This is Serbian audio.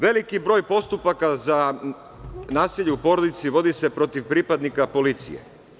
Veliki broj postupaka za nasilje u porodici vodi se protiv pripadnika policije.